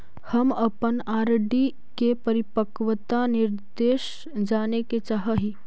हम अपन आर.डी के परिपक्वता निर्देश जाने के चाह ही